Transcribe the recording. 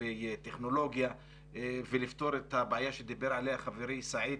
וטכנולוגיה ולפתור את הבעיה שדיבר עליה חברי סעיד,